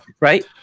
Right